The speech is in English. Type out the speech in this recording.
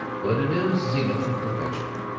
but it is zenith in perfection.